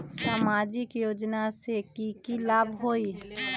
सामाजिक योजना से की की लाभ होई?